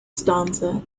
stanza